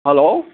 hello